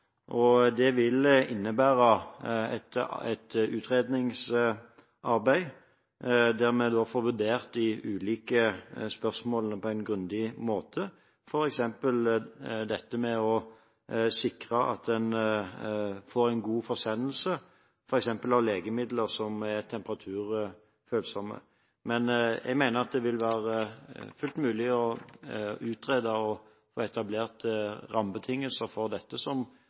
og det vil innebære et utredningsarbeid der vi får vurdert de ulike spørsmålene på en grundig måte, f.eks. dette med å sikre at man får en god forsendelse av bl.a. legemidler som er temperaturfølsomme. Jeg mener at det vil være fullt mulig å utrede og få etablert rammebetingelser for dette